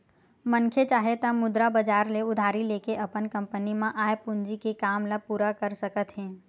मनखे चाहे त मुद्रा बजार ले उधारी लेके अपन कंपनी म आय पूंजी के काम ल पूरा कर सकत हे